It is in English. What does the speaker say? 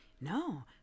No